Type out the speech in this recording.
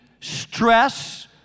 stress